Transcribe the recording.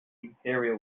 imperial